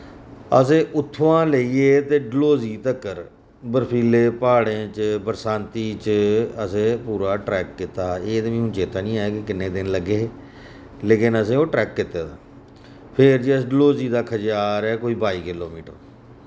असें उत्थुआं लेइयै ते डलहौजी तगर बर्फीले प्हाड़े च बरसांती च असें पूरा ट्रेक कीत्ता हा एह् ते मिकी हूँ चेत्ता नि ऐ के किन्ने दिन लग्गे हे लेकिन असें ओ ट्रेक कीत्ते दा फिर जी अस डलहौजी दा खाज्जिआर ऐ बाई किलोमीटर